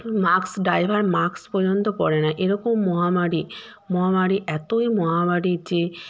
mask driver mask পর্যন্ত পরে না এরকম মহামারি মহামারি এতই মহামারি যে